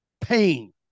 Pain